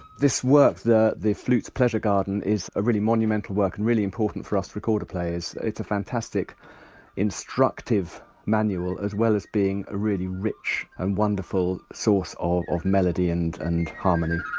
this work, the the flute's pleasure garden, is a really monumental work and really important for us, recorder players, it's a fantastic fantastic instructive manual as well as being a really rich and wonderful source of of melody and and harmony